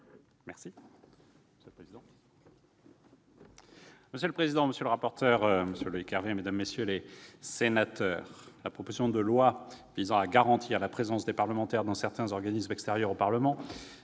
d'État. Monsieur le président, monsieur le rapporteur, mesdames, messieurs les sénateurs, la proposition de loi visant à garantir la présence des parlementaires dans certains organismes extérieurs au Parlement